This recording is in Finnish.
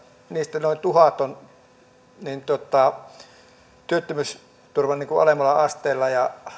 niistä työttömistä noin tuhat on työttömyysturvan alemmalla asteella ja